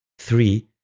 three.